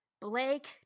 blake